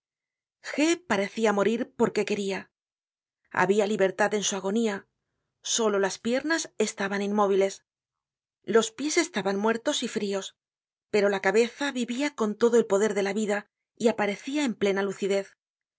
parecia morir porque queria habia libertad en su agonía solo las piernas estaban inmóviles los pies estaban muertos virios pero la cabeza vivia con todo el poder de la vida y aparecia en plena lucidez g